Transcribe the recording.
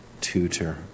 tutor